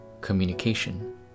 communication